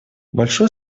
большое